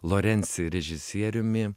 lorenci režisieriumi